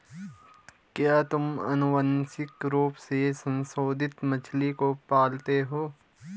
क्या तुम आनुवंशिक रूप से संशोधित मछली को पालते हो?